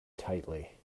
tightly